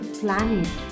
planet